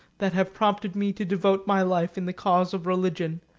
that have prompted me to devote my life in the cause of religion.